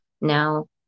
now